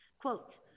Quote